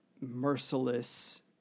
merciless